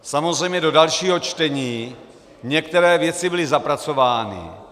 Samozřejmě do dalšího čtení některé věci byly zapracovány.